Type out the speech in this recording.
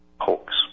hoax